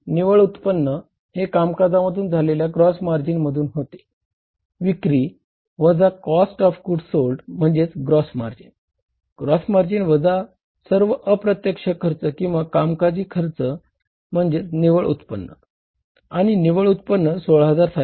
निव्वळ उत्पन्न किंवा कामकाजी खर्च म्हणजे निव्वळ उत्पन्न आणि निव्वळ उत्पन्न 16625 आहे